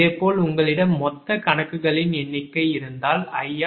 இதேபோல் உங்களிடம் மொத்த கணக்குகளின் எண்ணிக்கை இருந்தால் INB